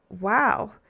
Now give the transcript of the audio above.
Wow